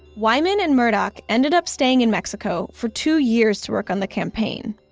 wyman and murdoch ended up staying in mexico for two years to work on the campaign,